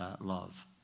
love